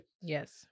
Yes